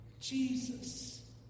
Jesus